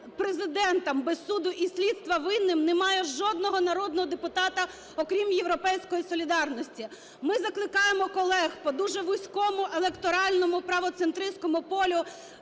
Президентом без суду і слідства винним немає жодного народного депутата, окрім "Європейської солідарності". Ми закликаємо колег по дуже вузькому електоральному правоцентриському полю